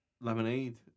Lemonade